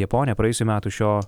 japonė praėjusių metų šio